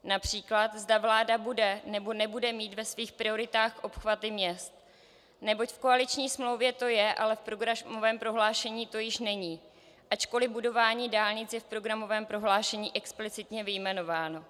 Například zda vláda bude, nebo nebude mít ve svých prioritách obchvaty měst, neboť v koaliční smlouvě to je, ale v programovém prohlášení to již není, ačkoliv budování dálnic je v programovém prohlášení explicitně vyjmenováno.